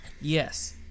yes